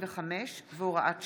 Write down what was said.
55 והוראת שעה),